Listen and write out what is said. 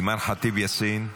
אימאן ח'טיב יאסין,